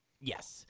Yes